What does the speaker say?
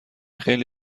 خیلی